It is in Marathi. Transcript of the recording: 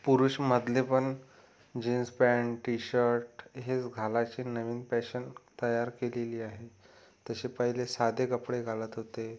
पुरुषमढले पण जीन्स पॅन्ट टी शर्ट हेच घालायची नवीन पॅशन तयार केलेली आहे तसे पहिले साधे कपडे घालत होते